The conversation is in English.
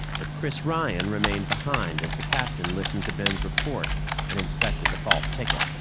but chris ryan remained behind as the captain listened to ben's report and inspected the false ticket.